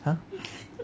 !huh!